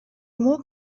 more